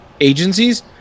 agencies